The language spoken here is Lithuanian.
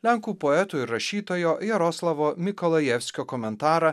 lenkų poeto ir rašytojo jaroslavo mikalajevskio komentarą